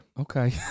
Okay